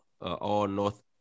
all-North